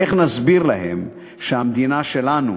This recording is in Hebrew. איך נסביר להם שהמדינה שלנו